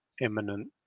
imminent